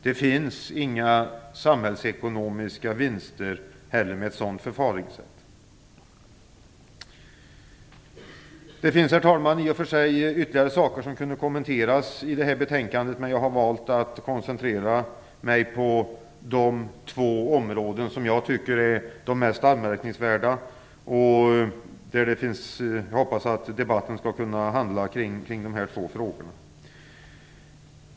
Det finns inga samhällsekonomiska vinster med ett sådant förfaringssätt. Herr talman! Det finns ytterligare saker i detta betänkande som kan kommenteras, men jag har valt att koncentrera mig på de två områden som jag tycker är de mest anmärkningsvärda. Jag hoppas att debatten skall kunna handla om de två frågorna.